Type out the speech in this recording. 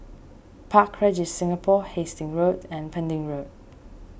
Park Regis Singapore Hastings Road and Pending Road